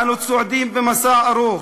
אנו צועדים במסע ארוך,